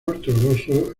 ortodoxo